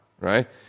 right